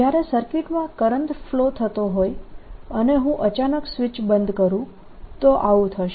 જયારે સર્કિટમાં current flow થતો હોય અને હું અચાનક સ્વીચ બંધ કરું તો આવું થશે